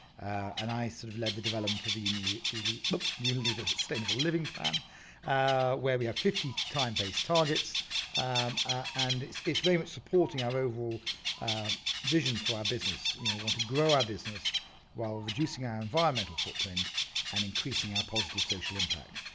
and i sort of led the development of the you know the like but unilever sustainable living plan where we have fifty time based targets um and it's it's very much supporting our overall vision for our business. we want to grow our business while reducing our environmental footprint and increasing our positive social impact.